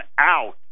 out